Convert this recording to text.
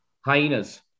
Hyenas